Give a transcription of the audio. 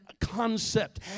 concept